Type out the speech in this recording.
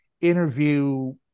interview